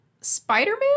Spider-Man